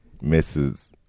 Mrs